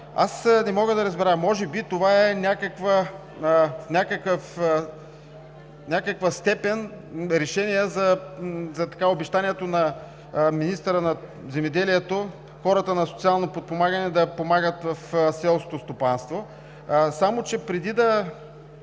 Аз не мога да разбера – може би това е в някаква степен решение за обещанието на министъра на земеделието, хората на социално подпомагане да помагат в селското стопанство, само че преди да